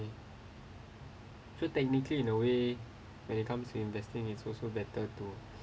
so technically in a way when it comes to investing it's also better to